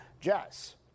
Jess